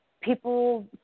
people